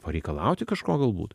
pareikalauti kažko galbūt